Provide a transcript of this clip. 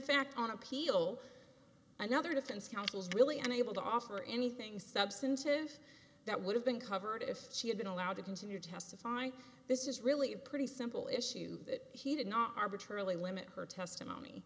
fact on appeal another defense counsel is really unable to offer anything substantive that would have been covered if she had been allowed to continue to testify and this is really a pretty simple issue that he did not arbitrarily limit her testimony